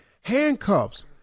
Handcuffs